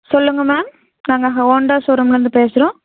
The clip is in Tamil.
சொல்லுங்கள் மேம் நாங்கள் அந்த ஹோண்டா ஷோரூம்லேருந்து பேசுகிறோம்